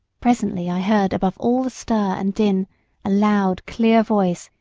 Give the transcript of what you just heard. presently i heard above all the stir and din a loud, clear voice,